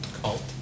cult